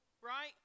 right